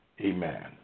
amen